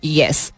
yes